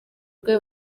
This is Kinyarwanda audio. rwe